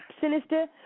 sinister